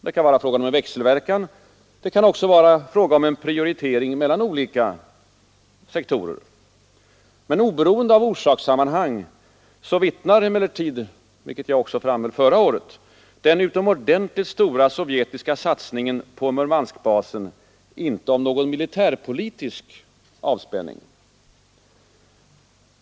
Det kan vara fråga om en växelverkan; det kan också vara fråga om en prioritering mellan olika sektorer. Men oberoende av orsakssammanhang vittnar — vilket jag också framhöll förra året — den utomordentligt stora sovjetiska satsningen på Murmanskbasen inte om någon militärpolitisk avspänning.